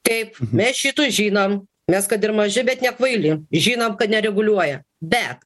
taip mes šitų žinam mes kad ir maži bet nekvaili žinam kad nereguliuoja bet